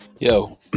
Yo